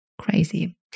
crazy